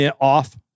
off